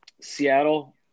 Seattle